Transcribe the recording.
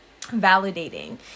validating